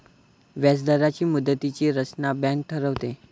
व्याजदरांची मुदतीची रचना बँक ठरवते